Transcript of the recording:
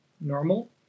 normal